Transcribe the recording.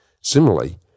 Similarly